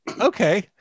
okay